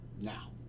now